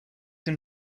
him